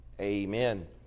amen